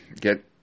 get